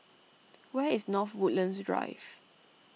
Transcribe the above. where is North Woodlands Drive